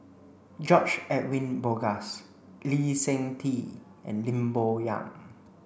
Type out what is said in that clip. George Edwin Bogaars Lee Seng Tee and Lim Bo Yam